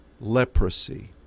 leprosy